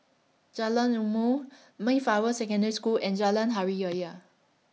Jalan Ilmu Mayflower Secondary School and Jalan Hari Ya Ya